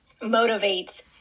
motivates